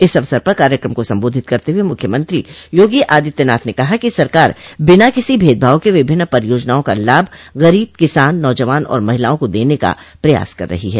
इस अवसर पर कार्यकम को सम्बोधित करते हुए मूख्यमंत्री योगी आदित्यनाथ ने कहा कि सरकार बिना किसी भेदभाव के विभिन्न परियोजनाओं का लाभ गरीब किसान नौजवान और महिलाओं को देने का प्रयास कर रही है